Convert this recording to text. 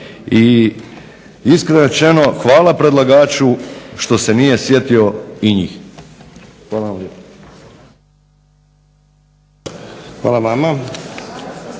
I iskreno rečeno hvala predlagaču što se nije sjetio i njih. Hvala vam